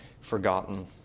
forgotten